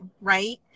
right